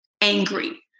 angry